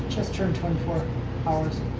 just turned twenty four hours.